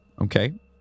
Okay